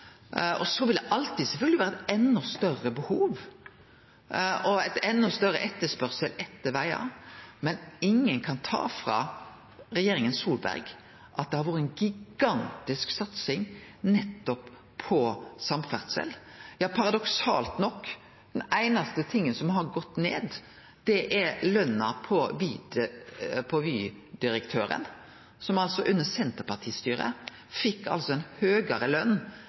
Så vil det alltid sjølvsagt vere et enda større behov, og enda større etterspørsel etter vegar, men ingen kan ta frå regjeringa Solberg at det har vore ei gigantisk satsing nettopp på samferdsel. Paradoksalt nok – det einaste som har gått ned, er løna til Vy-direktøren, som under Senterparti-styre fekk høgare løn, relativt sett, enn den nye Vy-direktøren som